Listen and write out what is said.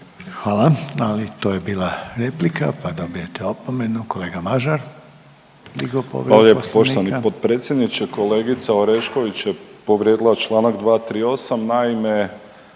Hvala, ali to je bila replika, pa dobijate opomenu. Kolega Mažar je digao povredu poslovnika.